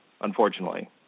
unfortunately